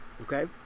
okay